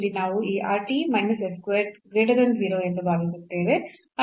ಇಲ್ಲಿ ನಾವು ಈ ಎಂದು ಭಾವಿಸುತ್ತೇವೆ